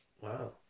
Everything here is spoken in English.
Wow